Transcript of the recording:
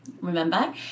Remember